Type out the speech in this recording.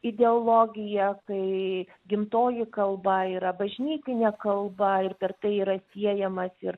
ideologija kai gimtoji kalba yra bažnytinė kalba ir per tai yra siejamas ir